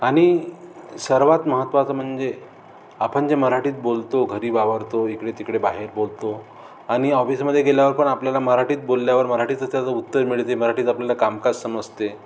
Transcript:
आणि सर्वात महत्त्वाचं म्हणजे आपण जे मराठीत बोलतो घरी वावरतो इकडे तिकडे बाहेर बोलतो आणि ऑफिसमध्ये गेल्यावर पण आपल्याला मराठीत बोलल्यावर मराठीतच त्याचं उत्तर मिळते मराठीत आपल्याला कामकाज समजते